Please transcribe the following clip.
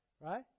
right